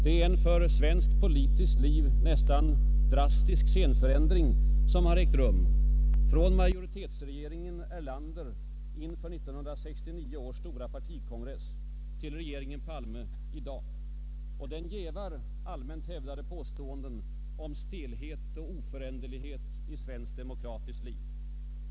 Det är en för svenskt politiskt liv nästan drastisk scenförändring som har ägt rum från majoritetsregeringen Erlander inför 1969 års stora partikongress till regeringen Palme i dag, och den jävar allmänt hävdade påståenden om stelhet och oföränderlighet i svenskt demokratiskt liv.